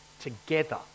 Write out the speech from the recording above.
together